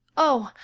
oh,